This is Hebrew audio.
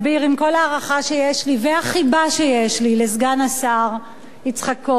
עם כל ההערכה שיש לי והחיבה שיש לי לסגן השר יצחק כהן,